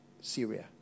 Syria